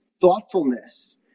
thoughtfulness